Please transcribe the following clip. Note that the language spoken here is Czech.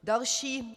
Další.